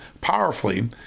powerfully